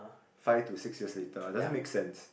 five to six years later it doesn't make sense